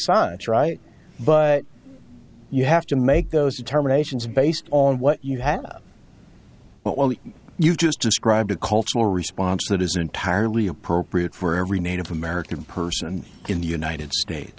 science right but you have to make those determinations based on what you have well you've just described a cultural response that is entirely appropriate for every native american person in the united states